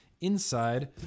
inside